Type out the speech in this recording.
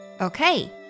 Okay